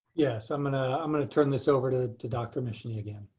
yes. i'm gonna um gonna turn this over to to dr. mishne again.